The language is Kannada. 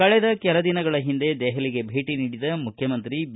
ಕಳೆದ ಕೆಲ ದಿನಗಳ ಹಿಂದೆ ದೆಹಲಿಗೆ ಭೇಟಿ ನೀಡಿದ್ದ ಮುಖ್ಯಮಂತ್ರಿ ಬಿ